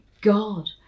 God